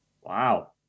Wow